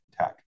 tech